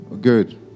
Good